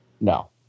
No